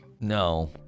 No